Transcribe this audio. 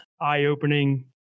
eye-opening